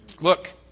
Look